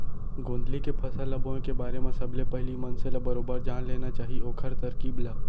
गोंदली के फसल ल बोए के बारे म सबले पहिली मनसे ल बरोबर जान लेना चाही ओखर तरकीब ल